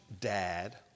dad